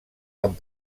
amb